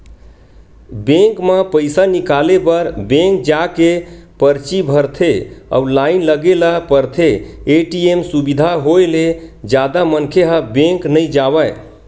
bank म पइसा निकाले बर बेंक जाके परची भरथे अउ लाइन लगे ल परथे, ए.टी.एम सुबिधा होय ले जादा मनखे ह बेंक नइ जावय